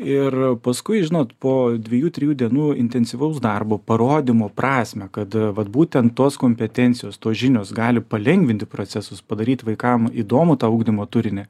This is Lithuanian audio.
ir paskui žinot po dviejų trijų dienų intensyvaus darbo parodymų prasmę kad vat būtent tos kompetencijos tos žinios gali palengvinti procesus padaryt vaikam įdomų tą ugdymo turinį